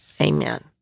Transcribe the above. Amen